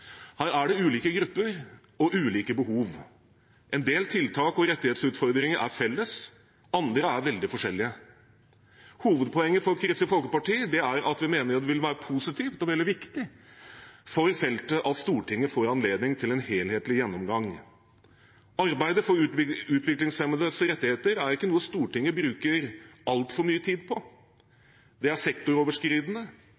Her er det ulike grupper og ulike behov. En del tiltak og rettighetsutfordringer er felles, andre er veldig forskjellige. Hovedpoenget for Kristelig Folkeparti er at vi mener det vil være positivt og veldig viktig for feltet at Stortinget får anledning til en helhetlig gjennomgang. Arbeidet for utviklingshemmedes rettigheter er ikke noe Stortinget bruker altfor mye tid